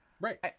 Right